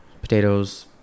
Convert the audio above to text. potatoes